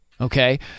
Okay